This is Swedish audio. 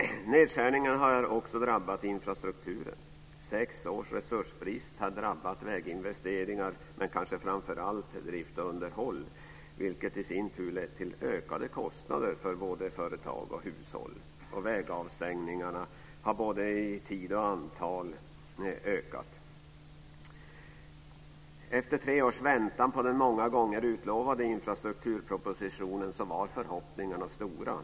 Nedskärningarna har också drabbat infrastrukturen. Sex års resursbrist har drabbat väginvesteringar, men kanske framför allt drift och underhåll, vilket i sin tur lett till ökade kostnader för både företag och hushåll. Vägavstängningarna har i både tid och antal ökat. Efter tre års väntan på den många gånger utlovade infrastrukturpropositionen var förhoppningarna stora.